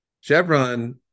Chevron